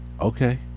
okay